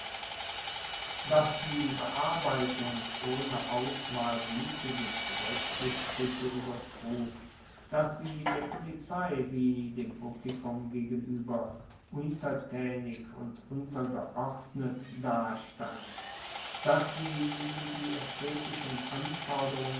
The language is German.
dass die bearbeitung ohne auswahl gute wie schlechte stuecke uebertrug dass sie der polizei wie dem publikum gegenueber untertaenig und untergeordnet dastand dass sie gegen die aesthetischen anforderungen